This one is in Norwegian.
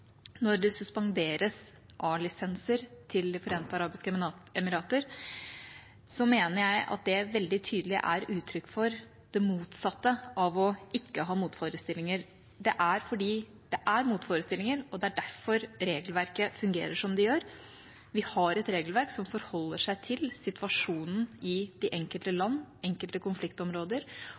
når det suspenderes A-lisenser til De forente arabiske emirater, mener jeg at det veldig tydelig er uttrykk for det motsatte av ikke å ha motforestillinger. Det er fordi det er motforestillinger, og det er derfor regelverket fungerer som det gjør. Vi har et regelverk som forholder seg til situasjonen i de enkelte land, enkelte konfliktområder,